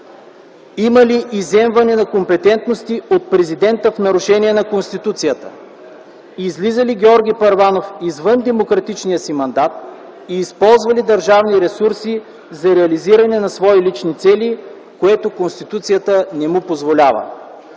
Има ли изземване на компетентности от президента в нарушение на Конституцията? Излиза ли Георги Първанов извън демократичния си мандат и използва ли държавни ресурси за реализиране на свои лични цели, което Конституцията не му позволява?